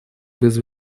без